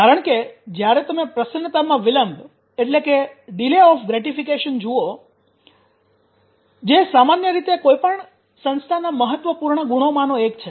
કારણ કે જ્યારે તમે પ્રસન્નતામાં વિલંબ જુઓ કે જે સામાન્ય રીતે કોઈ પણ સંસ્થાના મહત્વપૂર્ણ ગુણોમાંનો એક છે